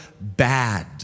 bad